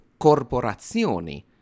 corporazioni